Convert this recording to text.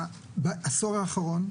בעשור האחרון,